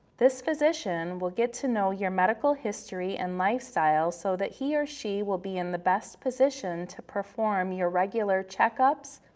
this physician will get to know your medical history and lifestyle so that he or she will be in the best position to perform your regular checkups,